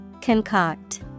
Concoct